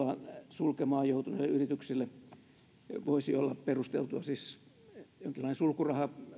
sulkemaan joutuneille yrityksille voisivat olla perusteltuja siis jonkinlainen sulkuraha